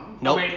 Nope